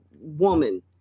woman